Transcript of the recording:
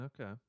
Okay